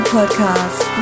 Podcast